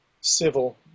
civil